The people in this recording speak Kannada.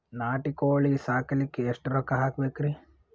ನಾಟಿ ಕೋಳೀ ಸಾಕಲಿಕ್ಕಿ ಎಷ್ಟ ರೊಕ್ಕ ಹಾಕಬೇಕ್ರಿ?